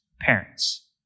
parents